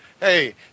Hey